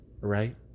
right